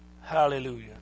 Hallelujah